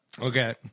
Okay